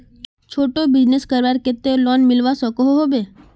छोटो बिजनेस करवार केते लोन मिलवा सकोहो होबे?